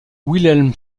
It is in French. wilhelm